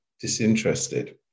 disinterested